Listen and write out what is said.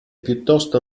piuttosto